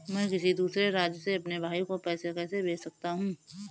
मैं किसी दूसरे राज्य से अपने भाई को पैसे कैसे भेज सकता हूं?